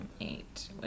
eight